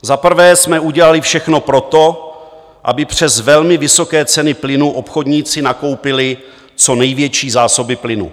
Za prvé jsme udělali všechno pro to, aby přes velmi vysoké ceny plynu obchodníci nakoupili co největší zásoby plynu.